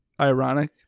ironic